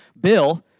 Bill